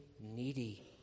needy